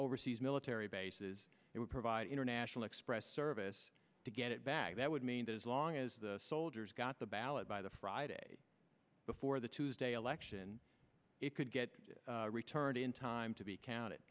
overseas military bases it would provide international express service to get it back that would mean that as long as the soldiers got the ballot by the friday before the tuesday election it could get returned in time to be counted